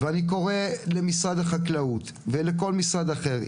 ואני קורא למשרד החקלאות ולכל משרד אחר,